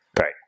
right